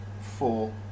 four